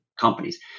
companies